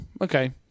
okay